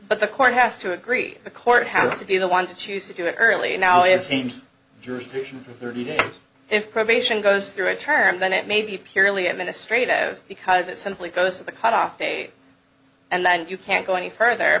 but the court has to agree the court has to be the one to choose to do it early and now it seems jurisdiction for thirty days if probation goes through a term then it may be purely administrative because it simply goes to the cutoff day and then you can't go any further